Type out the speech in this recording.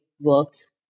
works